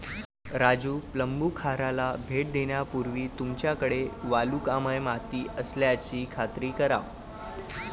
राजू प्लंबूखाराला भेट देण्यापूर्वी तुमच्याकडे वालुकामय माती असल्याची खात्री करा